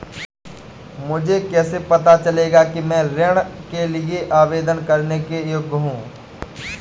मुझे कैसे पता चलेगा कि मैं ऋण के लिए आवेदन करने के योग्य हूँ?